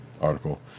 article